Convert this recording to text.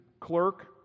clerk